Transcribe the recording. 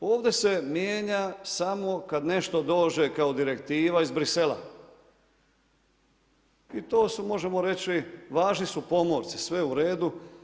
Ovdje se mijenja samo kad nešto dođe kao direktiva iz Bruxellesa i to su možemo reći važni su pomorci, sve je u redu.